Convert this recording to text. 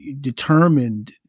determined